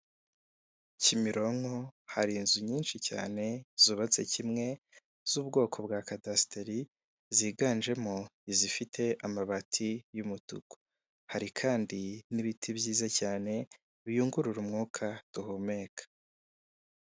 Kimironko, hari inzu nyinshi cyane, zubatse kimwe, z'ubwoko bwa kadasiteri, ziganjemo izifite amabati y'umutuku. Hari kandi n'ibiti byiza cyane biyungurura umwuka duhumeka.